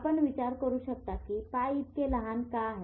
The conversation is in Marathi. आपण विचार करू शकता की पाय इतके लहान का आहेत